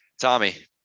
Tommy